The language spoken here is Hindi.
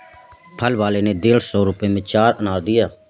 फल वाले ने डेढ़ सौ रुपए में चार अनार दिया